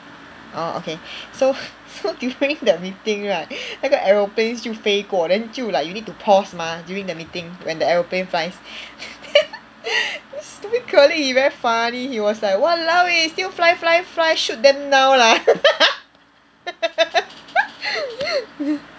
orh okay so so during the meeting right 那个 aeroplane 就飞过 then 就 like you need to pause mah during the meeting when the aeroplane flies then then stupid colleague he very funny he was like !walao! eh still fly fly fly shoot them down lah